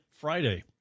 Friday